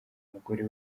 umugore